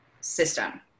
system